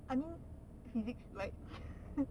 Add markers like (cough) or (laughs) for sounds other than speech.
I mean physics right (laughs)